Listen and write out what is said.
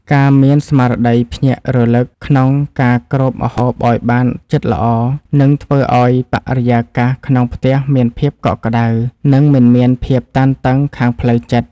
ការមានស្មារតីភ្ញាក់រលឹកក្នុងការគ្របម្ហូបឱ្យបានជិតល្អនឹងធ្វើឱ្យបរិយាកាសក្នុងផ្ទះមានភាពកក់ក្តៅ និងមិនមានភាពតានតឹងខាងផ្លូវចិត្ត។